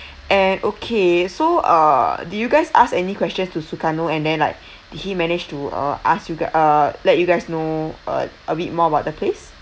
and okay so uh do you guys asked any questions to Sukarno and then like did he manage to uh ask you guy uh let you guys know uh a bit more about the place